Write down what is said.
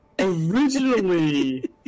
originally